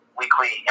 weekly